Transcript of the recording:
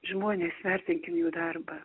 žmonės vertinkim jų darbą